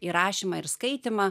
į rašymą ir skaitymą